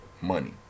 money